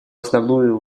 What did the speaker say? основную